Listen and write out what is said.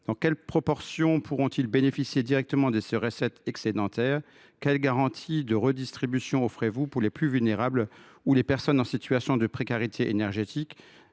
Dans quelles proportions pourront ils bénéficier directement de ces recettes excédentaires ? Quelles garanties de redistribution offrez vous pour les plus vulnérables ou les personnes en situation de précarité énergétique ?